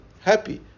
happy